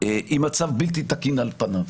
היא מצב בלתי תקין על פניו